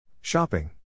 Shopping